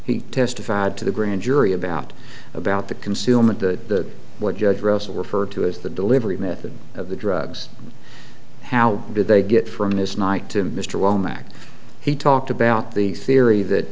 he testified to the grand jury about about the consumer at the what judge russell referred to as the delivery method of the drugs how did they get from his night to mr womack he talked about the theory that